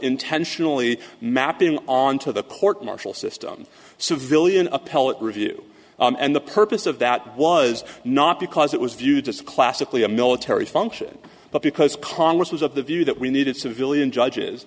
intentionally mapping on to the court martial system civilian appellate review and the purpose of that was not because it was viewed as classically a military function but because congress was of the view that we needed civilian judges